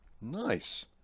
Nice